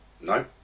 no